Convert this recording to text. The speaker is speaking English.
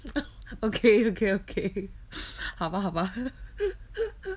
okay okay okay 好吧好吧